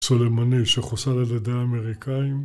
סולמני שחוסל על ידי האמריקאים